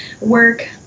work